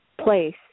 place